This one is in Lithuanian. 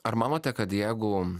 ar manote kad jeigu